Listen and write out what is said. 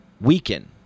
weaken